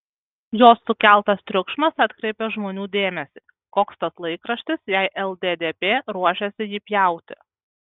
jos sukeltas triukšmas atkreipė žmonių dėmesį koks tas laikraštis jei lddp ruošiasi jį pjauti